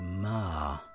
ma